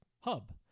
Hub